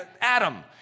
Adam